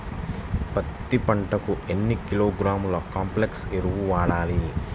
పత్తి పంటకు ఎన్ని కిలోగ్రాముల కాంప్లెక్స్ ఎరువులు వాడాలి?